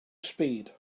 speed